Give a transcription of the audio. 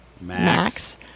Max